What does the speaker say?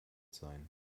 sein